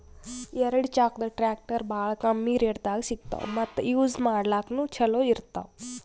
ಎರಡ ಚಾಕದ್ ಟ್ರ್ಯಾಕ್ಟರ್ ಭಾಳ್ ಕಮ್ಮಿ ರೇಟ್ದಾಗ್ ಸಿಗ್ತವ್ ಮತ್ತ್ ಯೂಜ್ ಮಾಡ್ಲಾಕ್ನು ಛಲೋ ಇರ್ತವ್